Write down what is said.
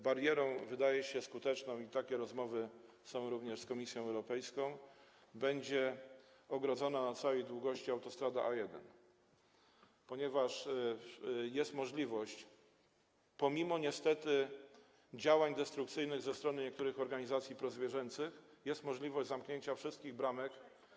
Barierą, wydaje się, skuteczną, i takie rozmowy są również z Komisją Europejską, będzie ogrodzona na całej długości autostrada A1, ponieważ jest możliwość, pomimo niestety destrukcyjnych działań ze strony niektórych organizacji prozwierzęcych, zamknięcia wszystkich bramek.